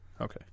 okay